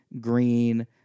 green